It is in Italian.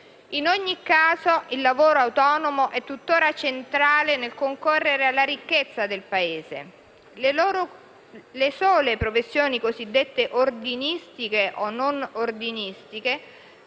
In ogni caso il lavoro autonomo è tutt'ora centrale nel concorrere alla ricchezza del Paese. Le sole professioni cosiddette ordinistiche o non ordinistiche